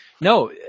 No